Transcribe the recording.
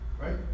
right